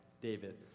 david